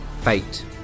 fate